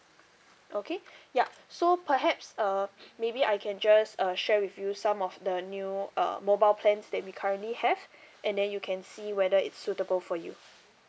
okay yup so perhaps uh maybe I can just uh share with you some of the new uh mobile plans that we currently have and then you can see whether it's suitable for you